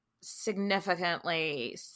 significantly